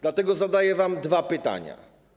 Dlatego zadaję wam dwa pytania.